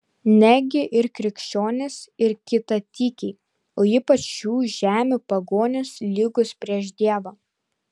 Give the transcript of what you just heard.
negi ir krikščionys ir kitatikiai o ypač šių žemių pagonys lygūs prieš dievą